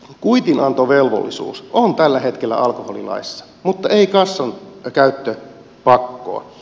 kuitinantovelvollisuus on tällä hetkellä alkoholilaissa mutta ei kassankäyttöpakkoa